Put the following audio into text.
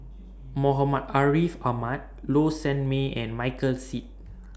Muhammad Ariff Ahmad Low Sanmay and Michael Seet